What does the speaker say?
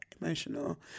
emotional